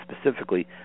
specifically